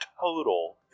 Total